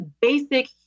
basic